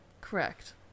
Correct